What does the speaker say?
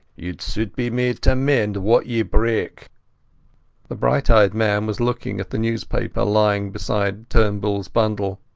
ye sud be made to mend what ye break the bright-eyed man was looking at the newspaper lying beside turnbullas bundle.